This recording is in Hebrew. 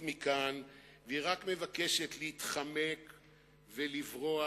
מכאן והיא רק מבקשת להתחמק ולברוח,